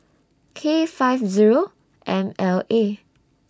K five Zero M L A